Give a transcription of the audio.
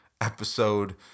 episode